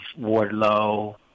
Wardlow